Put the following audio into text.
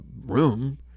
room